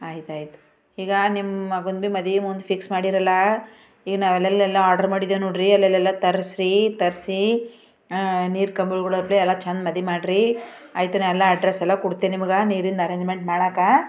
ಆಯ್ತು ಆಯ್ತು ಈಗ ನಿಮ್ಮ ಮಗಂದು ಬೀ ಮದುವೆ ಒಂದು ಫಿಕ್ಸ್ ಮಾಡಿದ್ದೀರಲ್ಲ ಏನು ಅಲ್ಲೆಲ್ಲೆಲ್ಲ ಆಡ್ರ್ ಮಾಡಿದ್ದೆವು ನೋಡ್ರಿ ಎಲ್ಲೆಲ್ಲೆಲ್ಲ ತರಿಸ್ರೀ ತರಿಸಿ ನೀರು ಕಂಬಿಗಳು ಎಲ್ಲ ಚೆಂದ ಮದುವೆ ಮಾಡಿ ಆಯ್ತು ನಾ ಎಲ್ಲ ಅಡ್ರೆಸೆಲ್ಲ ಕೊಡ್ತೇನೆ ನಿಮಗೆ ನೀರಿಂದು ಅರೇಂಜ್ಮೆಂಟ್ ಮಾಡೋಕ್ಕೆ